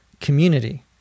community